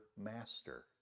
master